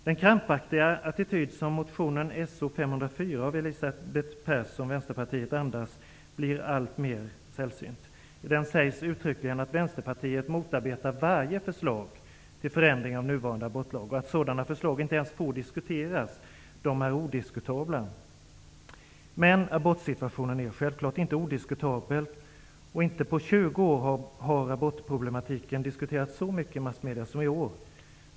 Den krampaktiga attityd som motionen So504 av Elisabeth Persson, Vänsterpartiet, andas blir alltmer sällsynt. I motionen sägs uttryckligen att Vänsterpartiet motarbetar varje förslag till förändring av nuvarande abortlag och att sådana förslag inte ens får diskuteras, de är ''odiskutabla''. Men abortsituationen måste självfallet kunna diskuteras. Inte på 20 år har abortproblematiken diskuterats så mycket i massmedierna som i år.